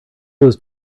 was